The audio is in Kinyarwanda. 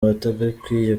batagakwiye